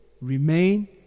Remain